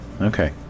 Okay